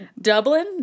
Dublin